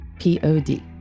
P-O-D